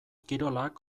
kirolak